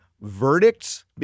verdicts